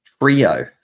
trio